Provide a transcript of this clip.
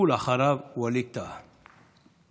ואחריו, ווליד טאהא.